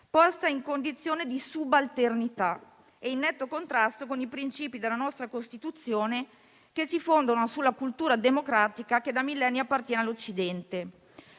posta in condizione di subalternità e in netto contrasto con i principi della nostra Costituzione che si fondono sulla cultura democratica che da millenni appartiene all'Occidente.